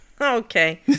Okay